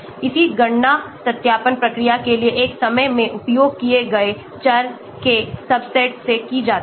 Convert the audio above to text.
इसकी गणना सत्यापन प्रक्रिया के लिए एक समय में उपयोग किए गए चर के सबसेट से की जाती है